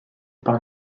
par